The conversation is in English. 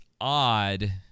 odd